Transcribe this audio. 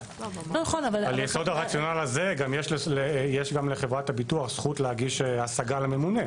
אבל על יסוד הרציונל הזה גם יש לחברת הביטוח זכות להגיש השגה לממונה.